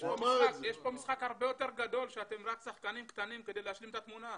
יש פה משחק הרבה יותר גדול שאתם רק שחקנים קטנים כדי להשלים את התמונה.